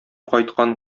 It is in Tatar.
кайткан